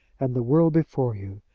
and the world before you,